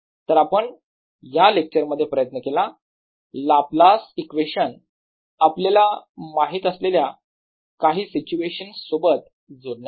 तर आपण या लेक्चर मध्ये प्रयत्न केला लाप्लास इक्वेशन आपल्याला माहित असलेल्या काही सिच्युएशनस सोबत जोडण्याचा